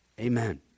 amen